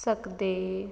ਸਕਦੇ